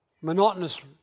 monotonous